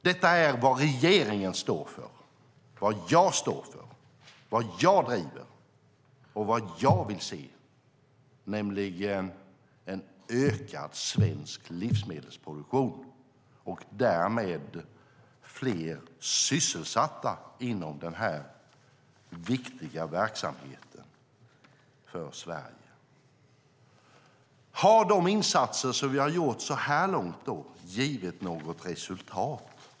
Detta är vad regeringen står för, vad jag står för, vad jag driver och vad jag vill se, nämligen en ökad svensk livsmedelsproduktion och därmed fler sysselsatta inom denna viktiga verksamhet. Har då de insatser vi gjort så här långt givit något resultat?